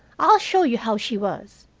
i'll show you how she was.